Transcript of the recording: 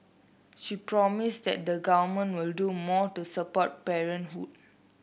she promised that the Government will do more to support parenthood